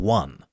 one